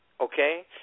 okay